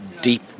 deep